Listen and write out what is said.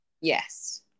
Yes